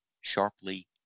sharply